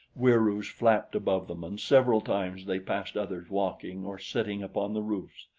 wieroos flapped above them and several times they passed others walking or sitting upon the roofs.